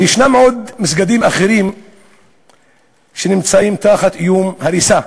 יש עוד מסגדים שנמצאים תחת איום הריסה.